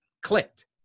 clicked